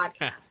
podcast